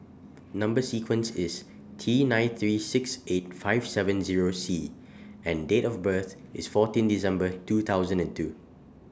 Number sequence IS T nine three six eight five seven Zero C and Date of birth IS fourteen December two thousand and two